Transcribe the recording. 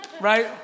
right